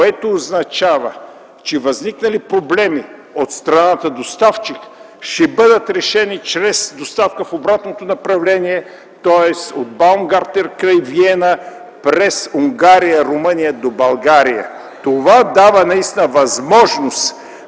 което означава, че възникнали проблеми от страната доставчик ще бъдат решени чрез доставка в обратното направление, тоест от Baumgarten край Виена през Унгария, Румъния до България. (Реплика от народния